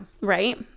right